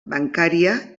bancària